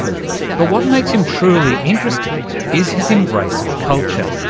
but what makes him truly interesting is his embrace of culture.